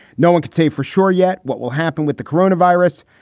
no one can say for sure yet what will happen with the corona virus,